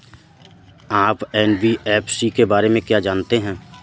आप एन.बी.एफ.सी के बारे में क्या जानते हैं?